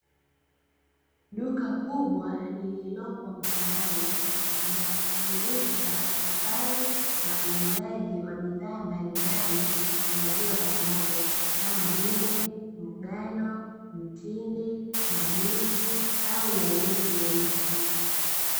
Duka kubwa lililopo mtaani, linajishughulisha na uhifadhi na uuzaji wa bidhaa mbalimbali ya maziwa ya ng'ombe kama vile mgando, mtindi, mabichi au yaliyo chemshwa.